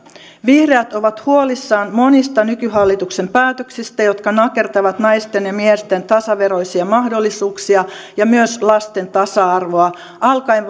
vihreät ovat huolissaan monista nykyhallituksen päätöksistä jotka nakertavat naisten ja miesten tasaveroisia mahdollisuuksia ja myös lasten tasa arvoa alkaen